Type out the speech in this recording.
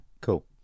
Cool